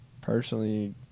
personally